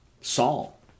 Saul